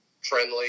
friendly